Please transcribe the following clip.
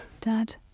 Dad